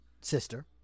sister